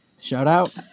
Shout-out